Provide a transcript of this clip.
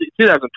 2012